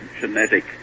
genetic